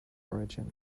origin